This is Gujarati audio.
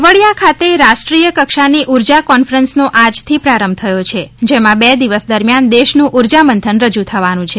કેવડીયા ખાતે રાષ્ટ્રીય કક્ષાની ઊર્જા કોન્ફરન્સનો આજથી પ્રારંભ થયો છે જેમાં બે દિવસ દરમ્યાન દેશનું ઊર્જામંથન રજૂ થવાનુ છે